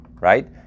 right